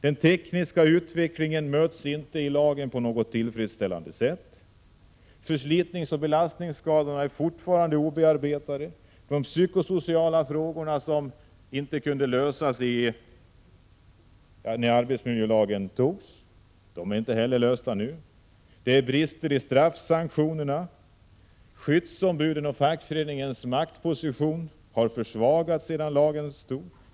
Den tekniska utvecklingen motsvaras inte i lagen på ett tillfredsställande sätt. Problemen med förslitningsoch belastningsskadorna är fortfarande obearbetade. De psykosociala frågorna, som inte kunde lösas i samband med att arbetsmiljölagen infördes, är inte lösta än. Det finns brister i fråga om straffsanktionerna. Skyddsombudens och fackföreningens makt har försvagats sedan lagen kom till.